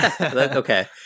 Okay